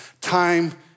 Time